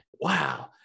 wow